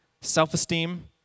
self-esteem